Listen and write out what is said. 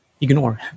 ignore